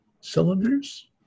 cylinders